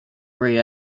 grey